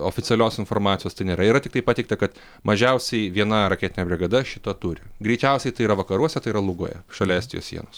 oficialios informacijos tai nėra yra tiktai pateikta kad mažiausiai viena raketinė brigada šito turi greičiausiai tai yra vakaruose tai yra lugoje šalia estijos sienos